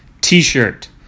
t-shirt